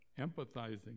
empathizing